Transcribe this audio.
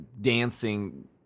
dancing